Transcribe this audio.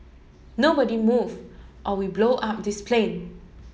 nobody move or we blow up this plane